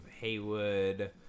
haywood